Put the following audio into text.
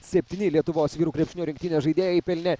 septyni lietuvos vyrų krepšinio rinktinės žaidėjai pelnė